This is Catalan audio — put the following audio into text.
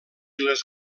les